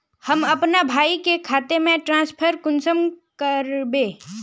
हम अपना भाई के खाता में ट्रांसफर कुंसम कारबे?